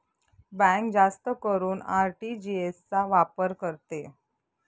bank जास्त करून RTGS चा वापर करते